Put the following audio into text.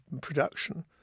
production